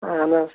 اہن حَظ